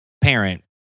parent